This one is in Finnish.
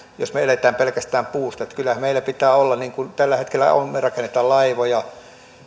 jos me me elämme pelkästään puusta kyllähän meillä pitää olla niin kuin tällä hetkellä on me rakennamme laivoja